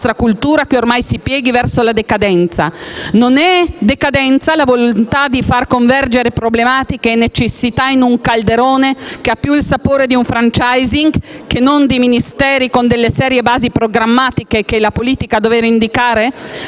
Non è decadenza la volontà di far convergere problematiche e necessità in un calderone che ha più il sapore di un *franchising* che non di Ministeri con delle serie basi programmatiche che è la politica a dover indicare?